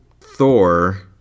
thor